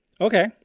Okay